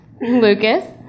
Lucas